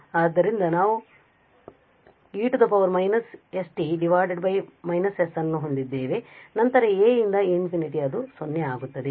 ಆದ್ದರಿಂದ ನಾವು ಹೊಂದಿದ್ದೇವೆ E −st −s ಮತ್ತು ನಂತರ a ಯಿಂದ ∞ ಅದು 0 ಆಗುತ್ತದೆ